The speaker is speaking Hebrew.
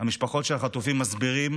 המשפחות של החטופים מסבירות